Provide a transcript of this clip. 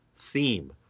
theme